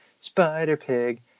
Spider-Pig